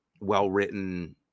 well-written